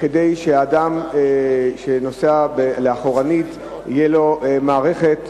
כדי שאדם שנוסע אחורנית תהיה לו מערכת,